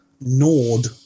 Nord